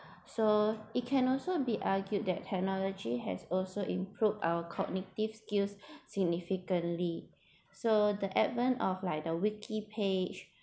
so it can also be argued that technology has also improved our cognitive skills significantly so the advent of like the Wiki page